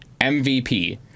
MVP